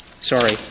sorry